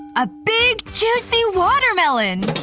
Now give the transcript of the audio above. a big juicy watermelon!